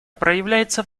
проявляется